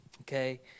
okay